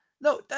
No